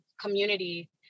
community